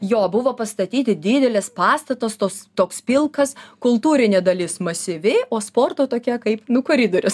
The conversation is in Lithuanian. jo buvo pastatyti didelis pastatas tos toks pilkas kultūrinė dalis masyvi o sporto tokia kaip nu koridorius